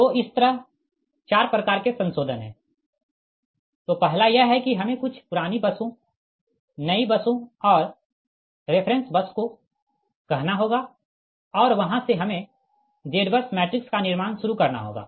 तो 4 प्रकार के संशोधन है तो पहला यह है कि हमें कुछ पुरानी बसों नई बसों और रेफ़रेंस बस को कहना होगा और वहाँ से हमें ZBUS मैट्रिक्स का निर्माण शुरू करना होगा